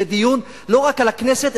זה דיון לא רק על הכנסת,